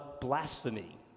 blasphemy